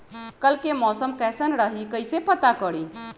कल के मौसम कैसन रही कई से पता करी?